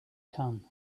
can